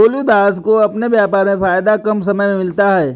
भोलू दास को अपने व्यापार में फायदा कम समय में मिलता है